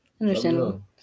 understandable